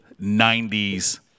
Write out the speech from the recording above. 90s